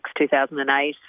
2008